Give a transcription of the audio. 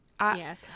Yes